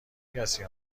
کسی